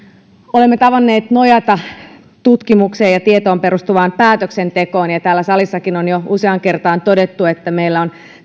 olemme tavanneet nojata tutkimukseen ja tietoon perustuvaan päätöksentekoon täällä salissakin on jo useaan kertaan todettu että meillä on